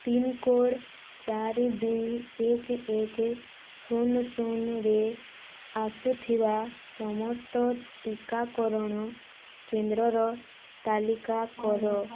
pincode ଚାରି ଦୁଇ ଏକେ ଏକେ ଶୂନ ଶୂନରେ ଆସୁଥିବା ସମସ୍ତ ଟିକାକରଣ କେନ୍ଦ୍ରର ତାଲିକା କର